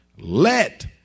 Let